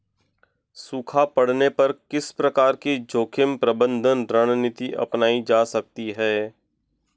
सूखा पड़ने पर किस प्रकार की जोखिम प्रबंधन रणनीति अपनाई जा सकती है?